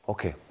Okay